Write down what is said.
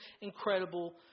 incredible